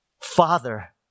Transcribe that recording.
Father